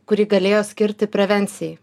kurį galėjo skirti prevencijai